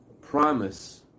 promise